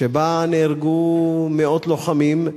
שנהרגו בה מאות לוחמים,